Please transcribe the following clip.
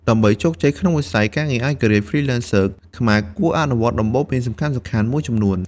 ដើម្បីជោគជ័យក្នុងវិស័យការងារឯករាជ្យ Freelancers ខ្មែរគួរអនុវត្តដំបូន្មានសំខាន់ៗមួយចំនួន។